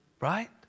Right